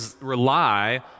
rely